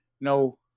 no